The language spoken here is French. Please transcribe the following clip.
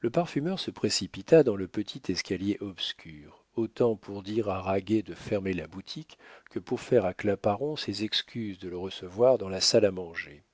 le parfumeur se précipita dans le petit escalier obscur autant pour dire à raguet de fermer la boutique que pour faire à claparon ses excuses de le recevoir dans la salle à manger